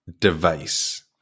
device